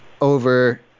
over